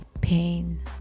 pain